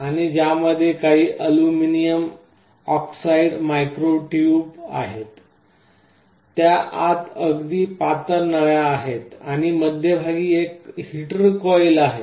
आणि त्यामध्ये काही अल्युमिनियम ऑक्साईड मायक्रो ट्यूब आहेत त्या आत अगदी पातळ नळ्या आहेत आणि मध्यभागी एक हीटर कॉइल आहे